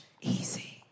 easy